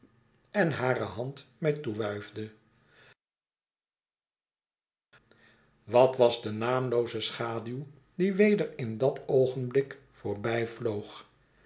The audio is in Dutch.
en hare hand mij toewuifde wat was de naamlooze schaduw die weder in dat oogenblik